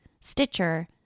Stitcher